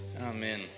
Amen